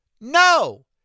No